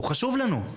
הוא חשוב לנו.